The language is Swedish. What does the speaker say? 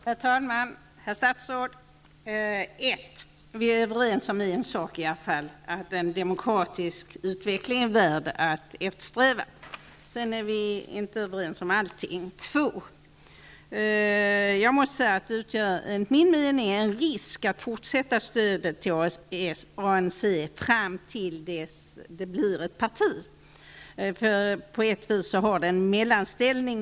Herr talman! Herr statsråd! För det första: Vi är i alla fall överens om en sak, nämligen att en demokratisk utveckling i Sydafrika är värd att eftersträva. Sedan är vi inte överens om allting. För det andra: Enligt min mening utgör det en risk att fortsätta att ge stöd till ANC fram till dess det blir ett parti. ANC har nu en sorts mellanställning.